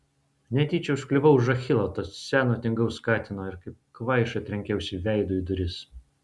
netyčia užkliuvau už achilo to seno tingaus katino ir kaip kvaiša trenkiausi veidu į duris